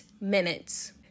minutes